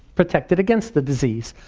protected against the disease.